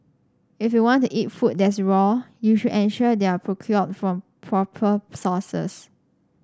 if you want to eat food that's raw you should ensure they are procured from proper sources